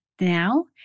now